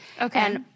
okay